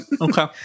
okay